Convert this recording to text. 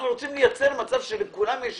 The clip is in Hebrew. אנחנו רוצים לייצר מצב שלכולם יש